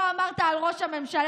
שלא אמרת על ראש הממשלה,